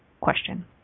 Question